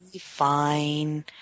fine